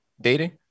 dating